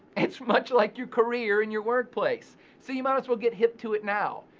it's much like your career in your workplace so you might as well get hip to it now.